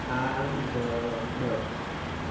આગળ